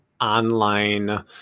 online